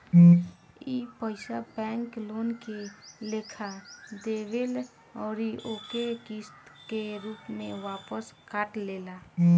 ई पइसा bank loan के लेखा देवेल अउर ओके किस्त के रूप में वापस काट लेला